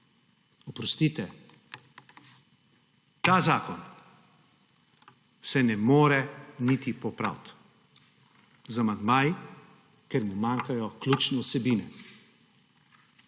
Oprostite, ta zakon se ne more niti popraviti z amandmaji, ker mu manjkajo ključne vsebine.